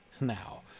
now